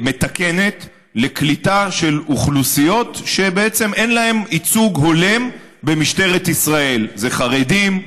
מתקנת לקליטה של אוכלוסיות שאין להן ייצוג הולם במשטרת ישראל: זה חרדים,